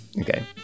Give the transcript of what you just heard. Okay